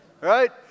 Right